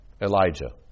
Elijah